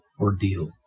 ordeal